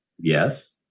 Yes